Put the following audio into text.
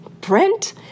Brent